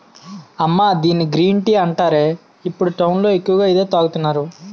అమ్మా దీన్ని green tea అంటారే, ఇప్పుడు టౌన్ లో ఎక్కువగా ఇదే తాగుతున్నారు